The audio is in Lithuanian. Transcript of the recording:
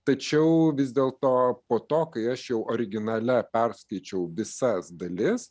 tačiau vis dėlto po to kai aš jau originale perskaičiau visas dalis